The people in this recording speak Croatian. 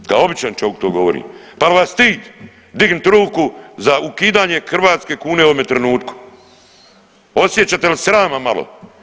Kao običan čovik to govorim, pa jel vas stid dignut ruku za ukidanje hrvatske kune u ovome trenutku, osjećate li srama malo.